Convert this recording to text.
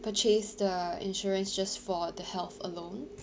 purchase the insurance just for the health alone